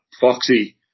Foxy